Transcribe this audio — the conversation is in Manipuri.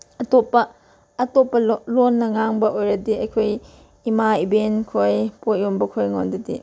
ꯑꯇꯣꯞꯄ ꯑꯇꯣꯞꯄ ꯂꯣꯟꯅ ꯉꯥꯡꯕ ꯑꯣꯏꯔꯗꯤ ꯑꯩꯈꯣꯏ ꯏꯃꯥ ꯏꯕꯦꯟꯈꯣꯏ ꯄꯣꯠ ꯌꯣꯟꯕꯈꯣꯏꯉꯣꯟꯗꯗꯤ